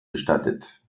bestattet